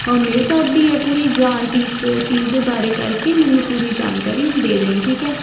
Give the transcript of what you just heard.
ਮਿਲ ਸਕਦੀ ਹੈ ਪੂਰੀ ਜਾਂਚ ਇਸ ਚੀਜ਼ ਦੇ ਬਾਰੇ ਕਰਕੇ ਮੈਨੂੰ ਪੂਰੀ ਜਾਣਕਾਰੀ ਦੇ ਦਈ ਠੀਕ ਹੈ